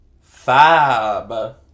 Fab